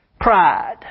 Pride